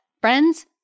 Friends